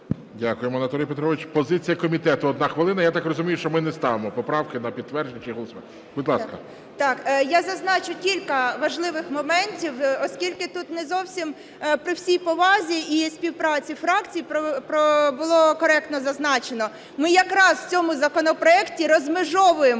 Дякую, Анатолію Петровичу. Позиція комітету, 1 хвилина. Я так розумію, що ми не ставимо поправки на підтвердження. Будь ласка. 13:08:41 БЕЗУГЛА М.В. Я зазначу кілька важливих моментів, оскільки тут не зовсім, при всій повазі і співпраці фракції, було коректно зазначено. Ми якраз в цьому законопроекті розмежовуємо,